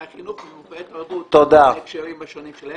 החינוך ומופעי תרבות בהקשרים השונים שלהם.